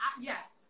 yes